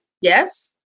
yes